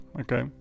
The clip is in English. okay